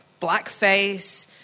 blackface